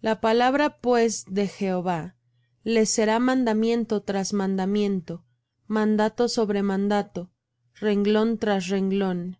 la palabra pues de jehová les será mandamiento tras mandamiento mandato sobre mandato renglón tras renglón